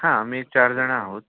हां मी चार जणं आहोत